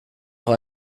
noch